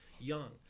young